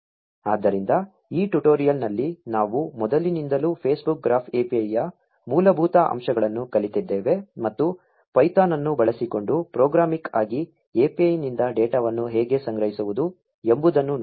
ಆದ್ದರಿಂದ ಈ ಟ್ಯುಟೋರಿಯಲ್ ನಲ್ಲಿ ನಾವು ಮೊದಲಿನಿಂದಲೂ Facebook ಗ್ರಾಫ್ API ಯ ಮೂಲಭೂತ ಅಂಶಗಳನ್ನು ಕಲಿತಿದ್ದೇವೆ ಮತ್ತು ಪೈಥಾನ್ ಅನ್ನು ಬಳಸಿಕೊಂಡು ಪ್ರೋಗ್ರಾಮಿಕ್ ಆಗಿ API ನಿಂದ ಡೇಟಾವನ್ನು ಹೇಗೆ ಸಂಗ್ರಹಿಸುವುದು ಎಂಬುದನ್ನು ನೋಡಿದ್ದೇವೆ